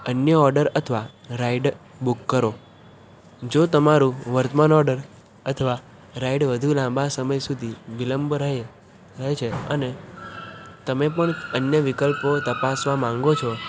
અન્ય ઓર્ડર અથવા ride book કરો જો તમારો વર્તમાન ઓર્ડર અથવા રાઇડ વધુ લાંબા સમય સુધી વિલંબ રહે રહે છે અને તમે પણ અન્ય વિકલ્પો તપાસવા માંગો છો